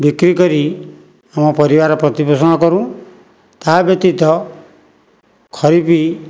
ବିକ୍ରି କରି ଆମ ପରିବାର ପ୍ରତିପୋଷଣ କରୁଁ ତା' ବ୍ୟତିତ ଖରିଫ